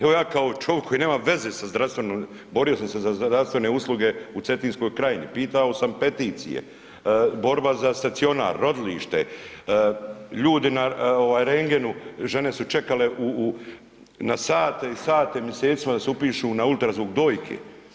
Evo ja kao čovik koji nema veze sa zdravstvenom, borio sam se za zdravstvene usluge u Cetinskoj krajini, pitao sam peticije, borba za stacionar, rodilište, ljudi na ovaj rendgenu žene su čekale na sate i sate misecima da se upišu na ultrazvuk dojke.